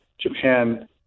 Japan